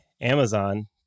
Amazon